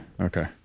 Okay